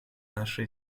наше